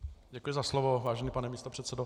Děkuji za slovo, vážený pane místopředsedo.